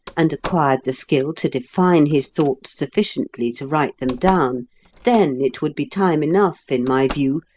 and acquired the skill to define his thoughts sufficiently to write them down then it would be time enough, in my view,